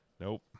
Nope